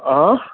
हा